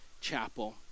Chapel